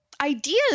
Ideas